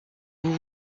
vous